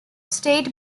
state